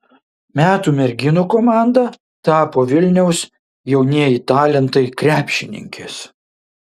metų merginų komanda tapo vilniaus jaunieji talentai krepšininkės